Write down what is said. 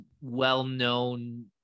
well-known